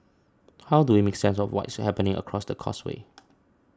how do we make sense of what's happening across the causeway